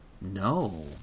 no